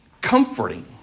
comforting